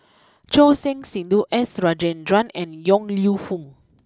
Choor Singh Sidhu S Rajendran and Yong Lew Foong